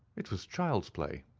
it was child's play.